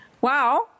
wow